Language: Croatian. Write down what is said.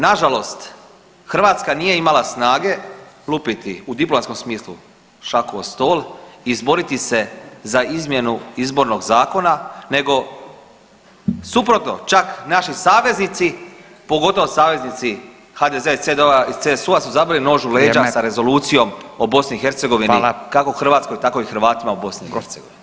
Nažalost, Hrvatska nije imala snage lupiti u diplomatskom smislu šaku o stol i izboriti se za izmjenu izbornog zakona nego suprotno čak naši saveznici, pogotovo saveznici HDZ-a iz CDO-a, iz CSU-a su zabili nož u leđa [[Upadica: Vrijeme.]] sa rezolucijom o BiH [[Upadica: Hvala.]] kako Hrvatskoj tako i Hrvatima u BiH.